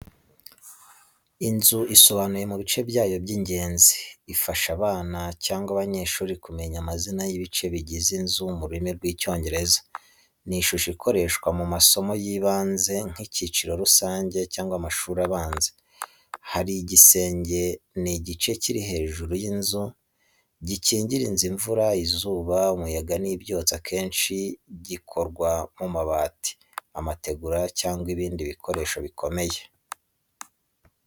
Inzu isobanuye mu bice byayo by’ingenzi, ifasha abana cyangwa abanyeshuri kumenya amazina y'ibice bigize inzu mu rurimi rw'Icyongereza. Ni ishusho ikoreshwa mu masomo y'ibanze nk'icyiciro rusange cyangwa amashuri abanza. Hari igisenge ni igice kiri hejuru y’inzu, gikingira inzu imvura, izuba, umuyaga n’ibyotsi akenshi gikorwa mu mabati, amategura, cyangwa ibindi bikoresho bikomeye.